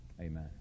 Amen